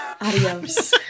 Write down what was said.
adios